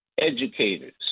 educators